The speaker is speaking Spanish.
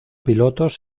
pilotos